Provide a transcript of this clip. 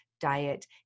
diet